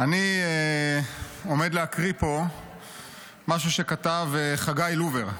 אני עומד להקריא פה משהו שכתב חגי לובר,